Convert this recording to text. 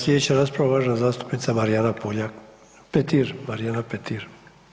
Slijedeća rasprava uvažena zastupnica Marijana Puljak, Petir, Marijana Petir.